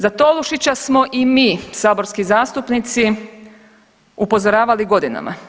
Za Tolušića smo i mi saborski zastupnici upozoravali godinama.